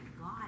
God